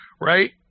right